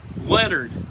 Leonard